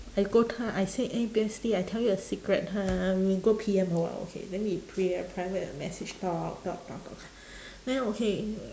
I go to her I say eh bestie I tell you a secret ha we go P_M a while okay then we pri~ uh private message talk talk talk talk then okay